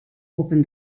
open